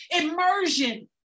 immersion